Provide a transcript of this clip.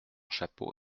chapeau